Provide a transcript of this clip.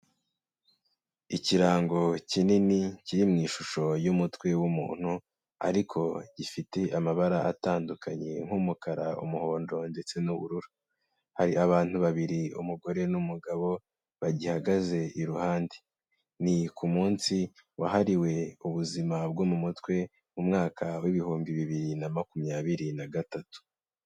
Ikirango kinini kiri mu ishusho y'umutwe w'umuntu ariko gifite amabara atandukanye nk'umukara, umuhondo, ndetse n'ubururu. Hari abantu babiri, umugore n'umugabo bagihagaze iruhande. Ni ku munsi wahariwe ubuzima bwo mu mutwe mu mwaka w'ibihumbi bibiri na makumyabiri na gatatu.